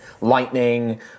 lightning